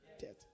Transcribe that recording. Death